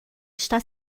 está